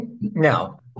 now